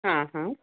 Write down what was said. हा हा